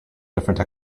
different